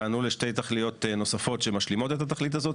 טענו לשתי תכליות נוספות שמשלימות את התכלית הזאת,